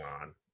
on